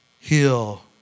heal